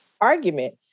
argument